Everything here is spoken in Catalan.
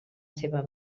seva